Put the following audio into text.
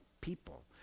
people